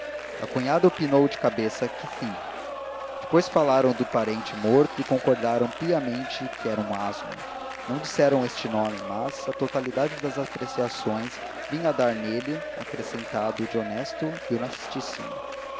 a cunhada opinou de cabeça que sim depois falaram do parente morto e concordaram piamente que era um asno não disseram este nome mas a totalidade das apreciações vinha a dar nele acrescentado de honesto e honestíssimo